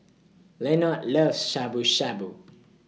Lenord loves Shabu Shabu